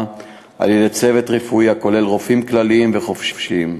על-ידי צוות רפואי הכולל רופאים כלליים וחובשים.